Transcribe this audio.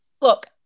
look